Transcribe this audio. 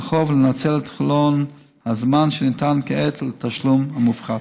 החוב לנצל את חלון הזמן שניתן כעת לתשלום המופחת.